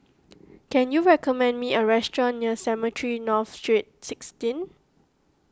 can you recommend me a restaurant near Cemetry North Steet sixteen